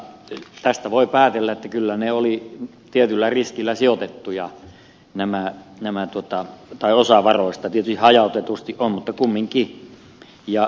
ja tästä voi päätellä että kyllä ne olivat tietyllä riskillä sijoitettuja tai osa varoista tietysti hajautetusti mutta kumminkin